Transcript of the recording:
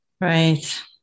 Right